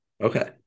Okay